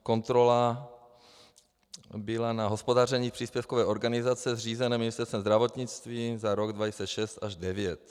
Kontrola byla na hospodaření příspěvkové organizace zřízené Ministerstvem zdravotnictví za roky 2006 až 2009.